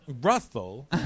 Russell